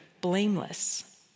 blameless